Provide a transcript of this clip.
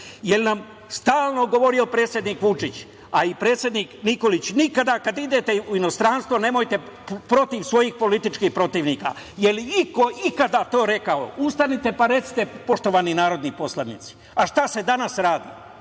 li nam je stalno govorio predsednik Vučić, a i predsednik Nikolić - kada idete u inostranstvo nemojte nikada protiv svojih političkih protivnika. Da li je neko to govorio? Ustanite, pa recite, poštovani narodni poslanici. Šta se danas radi?